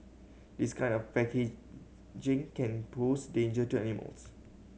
this kind of packaging can pose danger to animals